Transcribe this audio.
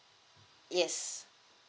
yes